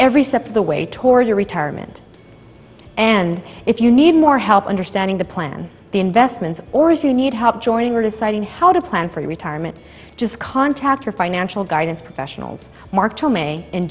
every step of the way toward your retirement and if you need more help understanding the plan the investments or if you need help joining or deciding how to plan for retirement just contact your financial guidance professionals mark